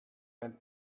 and